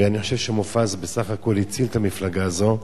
ואני חושב שמופז בסך הכול הציל את המפלגה הזאת,